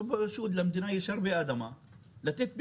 למדינה יש הרבה אדמה לתת במקום.